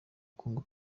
congo